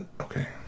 Okay